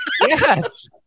Yes